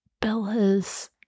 Bella's